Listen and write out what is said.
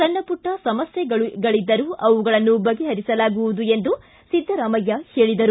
ಸಣ್ಣ ಪುಟ್ಟ ಸಮಸ್ಥೆಗಳನ್ನು ಇದ್ದರೂ ಅವುಗಳನ್ನು ಬಗೆಹರಿಸಲಾಗುವುದು ಎಂದು ಸಿದ್ದರಾಮಯ್ನ ಹೇಳಿದರು